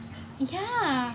ya